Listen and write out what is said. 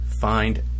find